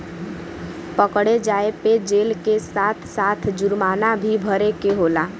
पकड़े जाये पे जेल के साथ साथ जुरमाना भी भरे के होला